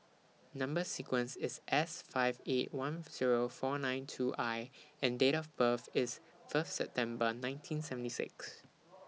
Number sequence IS S five eight one Zero four nine two I and Date of birth IS First September nineteen seventy six